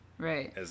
Right